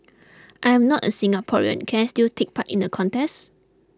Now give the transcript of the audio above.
I am not a Singaporean can I still take part in the contest